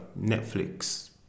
Netflix